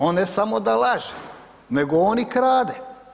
On ne samo da laže, nego on i krade.